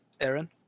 Aaron